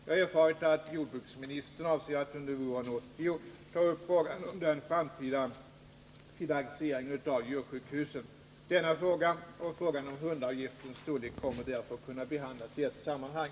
Jag har erfarit att jordbruksministern avser att under våren 1980 ta upp frågan om den framtida finansieringen av djursjukhusen. Denna fråga och frågan om hundavgiftens storlek kommer därför att kunna behandlas i ett sammanhang.